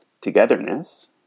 togetherness